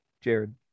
Jared